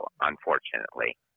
unfortunately